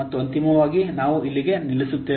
ಮತ್ತು ಅಂತಿಮವಾಗಿ ನಾವು ಇಲ್ಲಿಗೆ ನಿಲ್ಲಿಸುತ್ತೇವೆ